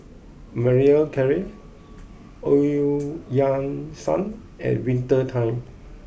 Marie Claire O Eu Yan Sang and Winter Time